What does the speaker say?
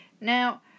Now